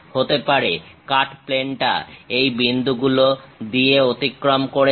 হতে পারে কাট প্লেনটা এই বিন্দুগুলো দিয়ে অতিক্রম করেছে